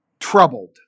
Troubled